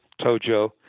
Tojo